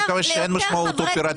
זה אומר שאין לזה משמעות אופרטיבית.